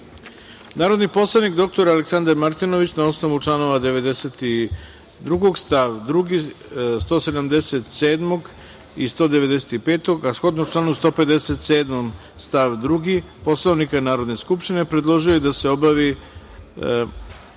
poslanik dr Aleksandar Martinović, na osnovu članova 92. stav 2, 177. i 195, a shodno članu 157. stav 2. Poslovnika Narodne skupštine, predložio je da se obavi:1.